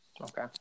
Okay